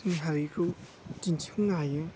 जों हायिखौ दिन्थिफुंनो हायो